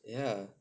ya